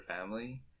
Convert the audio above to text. family